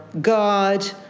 God